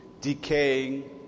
decaying